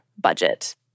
budget